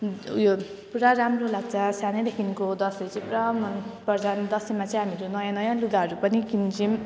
उयो पुरा राम्रो लाग्छ सानैदेखिको दसैँ चाहिँ पुरा मन पर्छ अनि दसैँमा चाहिँ हामीहरू नयाँ नयाँ लुगाहरू पनि किन्छौँ